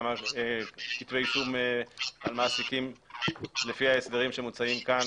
כמה כתבי אישום על מעסיקים הוגשו לפי ההסדרים שמוצעים כאן?